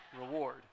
Reward